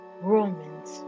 Romans